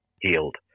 healed